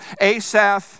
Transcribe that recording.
Asaph